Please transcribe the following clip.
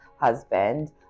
husband